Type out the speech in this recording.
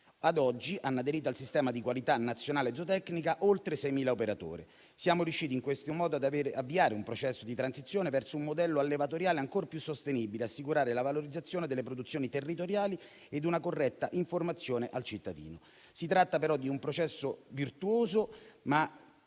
Ad oggi hanno aderito al Sistema di qualità nazionale zootecnia oltre 6.000 operatori. Siamo riusciti in questo modo ad avviare un processo di transizione verso un modello allevatoriale ancor più sostenibile e assicurare la valorizzazione delle produzioni territoriali e una corretta informazione al cittadino. Si tratta però di un processo virtuoso, ma